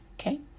Okay